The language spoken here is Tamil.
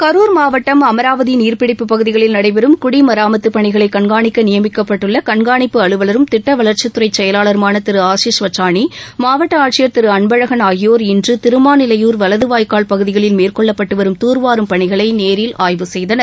கரூர் மாவட்டம் அமராவதி நீர்பிடிப்பு பகுதிகளில் நடைபெறும் குடிமராமத்து பணிகளை கண்காணிக்க நியமிக்கப்பட்டுள்ள கண்காணிப்பு அலுவலரும் திட்டம் வளர்ச்சித் துறை செயலாளருமான திரு ஆசிஷ் வச்சானி மாவட்ட ஆட்சியர் திரு அன்பழகன் ஆகியோர் இன்று திருமாநிலையூர் வலது வாய்க்கால் பகுதிகளில் மேற்கொள்ளப்பட்டு வரும் தூர்வாரும் பணிகளை நேரில் ஆய்வு செய்தனர்